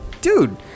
Dude